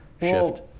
shift